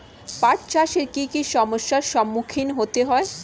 পাঠ চাষে কী কী সমস্যার সম্মুখীন হতে হয়?